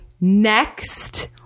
next